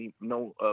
no